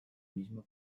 mismo